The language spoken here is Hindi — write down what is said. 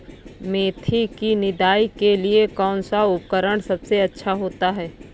मेथी की निदाई के लिए कौन सा उपकरण सबसे अच्छा होता है?